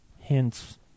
hints